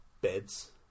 beds